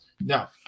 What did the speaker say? now